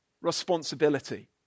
responsibility